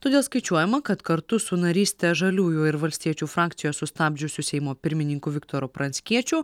todėl skaičiuojama kad kartu su narystę žaliųjų ir valstiečių frakcijoje sustabdžiusiu seimo pirmininku viktoru pranckiečiu